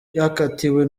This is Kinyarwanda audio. yakatiwe